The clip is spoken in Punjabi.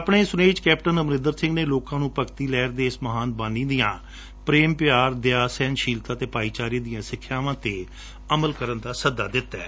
ਆਪਣੇ ਸੁਨੇਹੇ ਵਿਚ ਕੈਪਟਨ ਅਮਰਿੰਦਰ ਸਿੰਘ ਨੇ ਲੋਕਾਂ ਨੂੰ ਭਗਤੀ ਲਹਿਤ ਦੇ ਇਸ ਮਹਾਨ ਬਾਨੀ ਦੀਆਂ ਪ੍ਰੇਮ ਪਿਆਰ ਦਯਾ ਸਹਿਣਸ਼ੀਲਤਾ ਅਤੇ ਭਾਈਚਾਰੇ ਦੀਆਂ ਸਿੱਖਿਆਵਾਂ ਤੇ ਅਮਲ ਕਰਣ ਦਾ ਸੱਦਾ ਦਿੱਤੈ